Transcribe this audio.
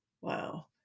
Wow